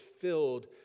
filled